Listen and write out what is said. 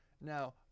Now